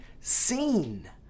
seen